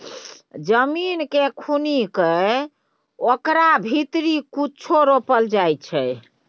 जमीन केँ खुनि कए कय ओकरा भीतरी कुछो रोपल जाइ छै